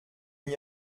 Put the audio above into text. n’y